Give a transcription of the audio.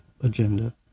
agenda